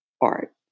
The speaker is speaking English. art